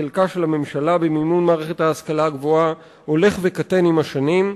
חלקה של הממשלה במימון מערכת ההשכלה הגבוהה הולך וקטן עם השנים.